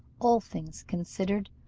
all things considered,